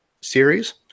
series